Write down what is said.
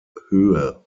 höhe